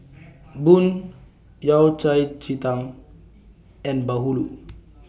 Bun Yao Cai Ji Tang and Bahulu